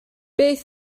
beth